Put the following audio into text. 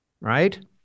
Right